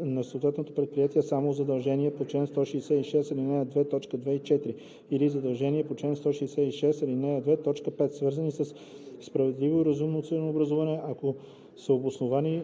на съответното предприятие само задълженията по чл. 166, ал. 2, т. 2 и 4 или задължения по чл. 166, ал. 2, т. 5, свързани със справедливо и разумно ценообразуване, ако са обосновани